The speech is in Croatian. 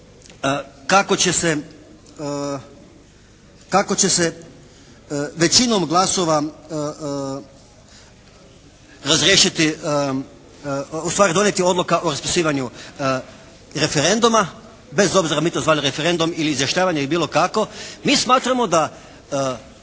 kako će se većinom glasova razriješiti, ustvari donijeti odluka o raspisivanju referenduma, bez obzira mi to zvali referendum ili izjašnjavanje ili bilo kako. Mi smatramo da